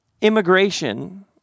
immigration